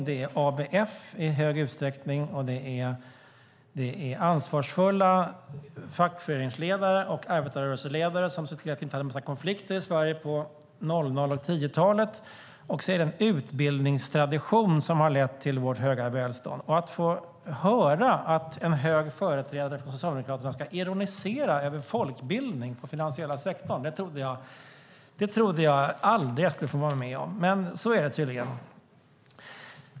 Det är ABF i stor utsträckning och det är ansvarsfulla fackförenings och arbetarrörelseledare som såg till att vi inte hade en massa konflikter i Sverige på 00 och 10-talet. Och så är det en utbildningstradition som har lett till vårt höga välstånd. Jag trodde aldrig att jag skulle få höra en hög företrädare för Socialdemokraterna ironisera över folkbildning i finansiella sektorn. Men så är det tydligen.